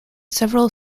several